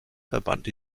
verband